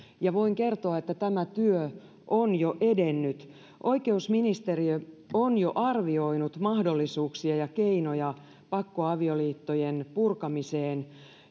ja voin kertoa että tämä työ on jo edennyt oikeusministeriö on jo arvioinut mahdollisuuksia ja keinoja pakkoavioliittojen purkamiseen